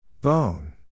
Bone